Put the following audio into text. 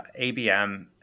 ABM